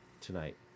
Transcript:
tonight